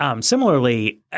Similarly